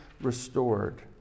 restored